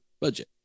budget